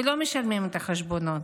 ולא משלמים את החשבונות.